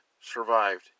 survived